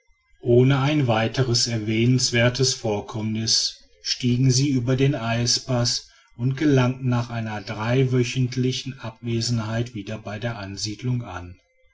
ohne ein weiteres erwähnenswertes vorkommnis stiegen sie über den eispaß und gelangten nach einer dreiwöchentlichen abwesenheit wieder bei der ansiedelung an